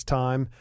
time –